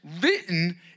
written